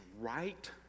right